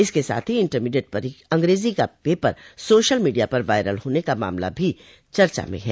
इसके साथ ही इंटरमीडिएट अंग्रेजी का पेपर सोशल मीडिया पर वायरल होने का मामला भी चर्चा में हैं